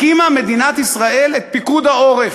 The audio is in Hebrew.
הקימה מדינת ישראל את פיקוד העורף.